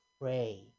pray